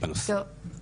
בנושא הזה.